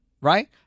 right